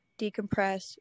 decompress